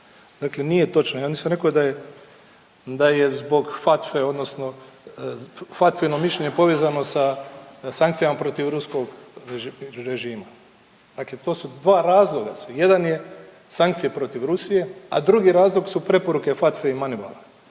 dakle nije točno. Ja nisam rekao da je, da je zbog FATF-e odnosno FATF-ino mišljenje povezano sa sankcijama protiv ruskog režima, dakle to su, dva razloga su, jedan je sankcije protiv Rusije, a drugi razlog su preporuke FATF-e i Manivala,